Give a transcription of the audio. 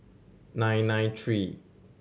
nine nine three